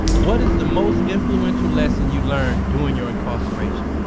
what is the most influential lesson you learned during your incarceration?